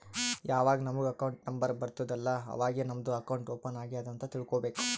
ಯಾವಾಗ್ ನಮುಗ್ account number ಬರ್ತುದ್ ಅಲ್ಲಾ ಅವಾಗೇ ನಮ್ದು ಅಕೌಂಟ್ ಓಪನ್ ಆಗ್ಯಾದ್ ಅಂತ್ ತಿಳ್ಕೋಬೇಕು